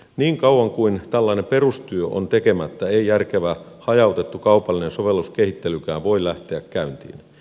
niin kauan kuin tällainen perustyö on tekemättä ei järkevä hajautettu kaupallinen sovelluskehittelykään voi lähteä käyntiin